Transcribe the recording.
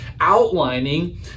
outlining